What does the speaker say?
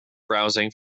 browsing